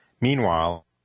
Meanwhile